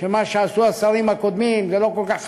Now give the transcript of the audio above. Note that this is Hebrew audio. שמה שעשו השרים הקודמים לא כל כך חשוב.